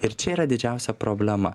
ir čia yra didžiausia problema